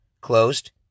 closed